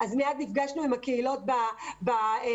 מיד נפגשנו עם הקהילות באמירויות.